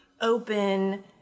open